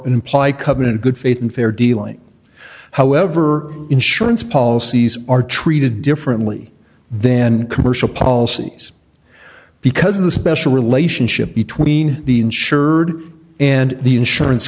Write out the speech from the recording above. and imply covenant of good faith and fair dealing however insurance policies are treated differently then commercial policies because of the special relationship between the insured and the insurance